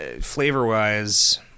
flavor-wise